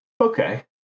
Okay